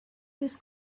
his